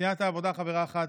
סיעת העבודה, חברה אחת,